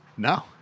No